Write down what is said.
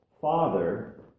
Father